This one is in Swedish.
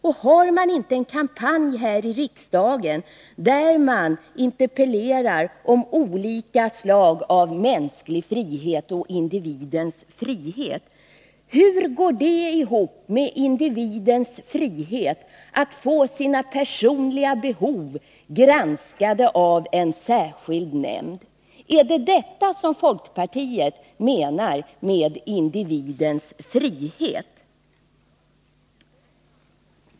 Driver man inte en kampanj här i riksdagen, där man interpellerar om olika slag av mänsklig frihet och om individens frihet? Hur går det ihop med individens frihet att få sina personliga behov granskade av en särskild nämnd? Är det detta som folkpartiet menar med individens frihet?